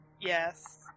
Yes